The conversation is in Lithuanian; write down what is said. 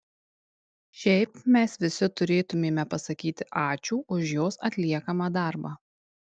šiaip mes visi turėtumėme pasakyti ačiū už jos atliekamą darbą